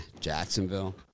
Jacksonville